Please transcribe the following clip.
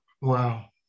wow